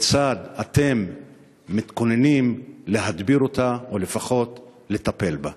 הכיצד אתם מתכוננים להדביר אותה או לפחות לטפל בה?